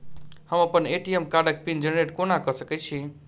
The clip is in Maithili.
हम अप्पन ए.टी.एम कार्डक पिन जेनरेट कोना कऽ सकैत छी?